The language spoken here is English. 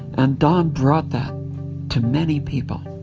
and don brought that to many people.